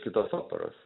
kitos operos